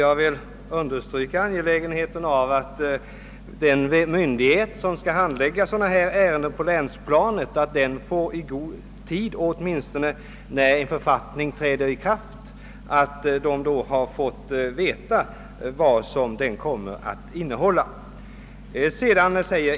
Jag vill understryka angelägenheten av att den myndighet som skall handlägga ärenden av detta slag på länsplanet i god tid innan en författning träder i kraft får kännedom om vad författningen kommer att innehålla.